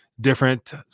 different